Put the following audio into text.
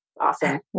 Awesome